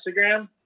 Instagram